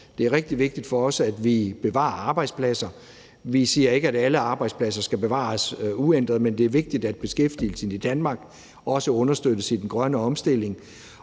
Det er rigtig vigtigt for os, at vi bevarer arbejdspladser. Vi siger ikke, at alle arbejdspladser skal bevares uændret, men det er vigtigt, at beskæftigelsen i Danmark også understøttes i den grønne omstilling.